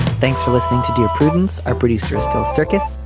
thanks for listening to dear prudence are pretty stressful circus.